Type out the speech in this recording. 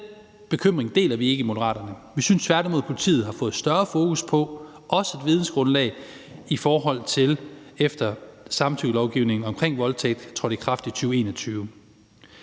Den bekymring deler vi ikke i Moderaterne; vi synes tværtimod, at politiet har fået et større fokus på det og også et større vidensgrundlag, efter at samtykkelovgivningen omkring voldtægt trådte i kraft i 2021.